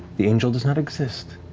the angel does not exist,